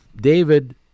David